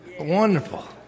Wonderful